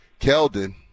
Keldon